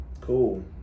Cool